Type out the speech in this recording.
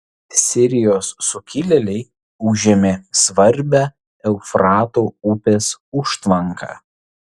sirijos sukilėliai užėmė svarbią eufrato upės užtvanką